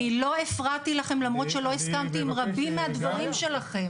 אני לא הפרעתי לכם למרות שלא הסכמתי עם רבים מהדברים שלכם.